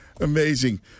Amazing